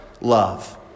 love